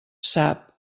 sap